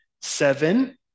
seven